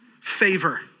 favor